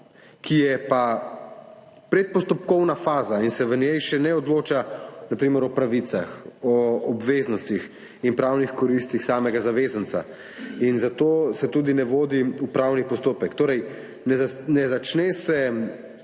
ki je pa predpostopkovna faza in se v njej še ne odloča na primer o pravicah, o obveznostih in pravnih koristih samega zavezanca in zato se tudi ne vodi upravnega postopka.